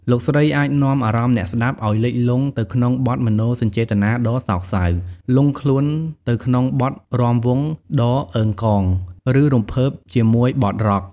លោកស្រីអាចនាំអារម្មណ៍អ្នកស្តាប់ឱ្យលិចលង់ទៅក្នុងបទមនោសញ្ចេតនាដ៏សោកសៅ លង់ខ្លួនទៅក្នុងបទរាំវង់ដ៏អឺងកង ឬរំភើបជាមួយបទរ៉ុក។